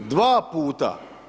Dva puta!